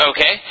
Okay